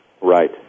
right